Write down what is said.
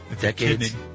Decades